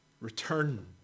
Return